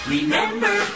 Remember